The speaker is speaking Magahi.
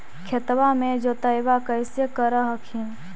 खेतबा के जोतय्बा कैसे कर हखिन?